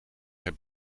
heb